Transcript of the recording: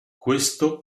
questo